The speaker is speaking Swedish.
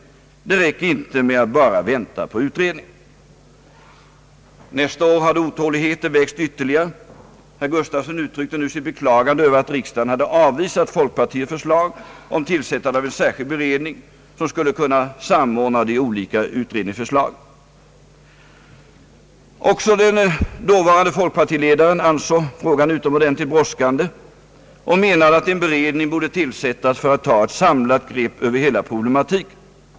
Det räcker inte med att bara vänta på utredningar.» Nästa år hade otåligheten växt ytterligare. Herr Gustafsson uttryckte nu sitt beklagande över att riksdagen hade avvisat folkpartiets förslag om tillsättande av en särskild beredning som skulle kunna samordna de olika utredningsförslagen. Också den dåvarande folkpartiledaren ansåg frågan utomordentligt brådskande och menade att en beredning borde tillsättas för att ta ett samlat grepp över hela problematiken.